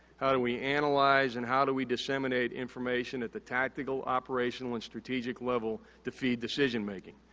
how do we analyze, and how do we disseminate information at the tactical, operational, and strategic level to feed decision-making?